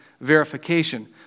verification